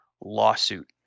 lawsuit